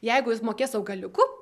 jeigu jis mokės augaliuku